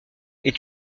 est